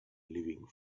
living